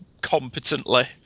competently